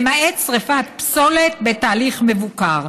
למעט שרפת פסולת בתהליך מבוקר.